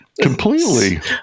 Completely